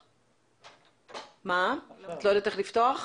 מה החלופות ואיפה הן?